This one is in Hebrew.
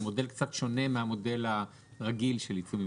זה מודל קצת שונה מהמודל הרגיל של עיצומים